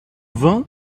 vain